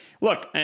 look